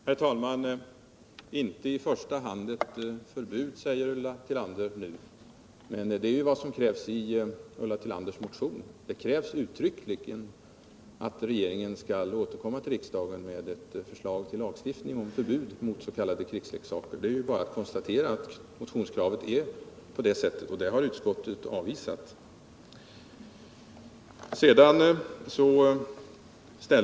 Herr talman! Inte i första hand ett förbud, säger Ulla Tillander nu. Men i hennes motion krävs ju uttryckligen att regeringen skall återkomma till riksdagen med ett förslag till lagstiftning om förbud mot s.k. krigsleksaker. Det är bara att konstatera att motionskravet är sådant, och det har utskottet avvisat.